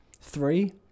Three